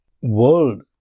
world